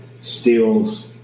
steals